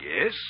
Yes